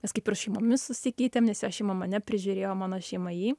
mes kaip ir šeimomis susikeitėm nes jo šeima mane prižiūrėjo o mano šeima jį